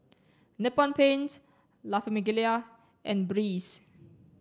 Nippon Paints La Famiglia and Breeze